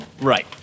Right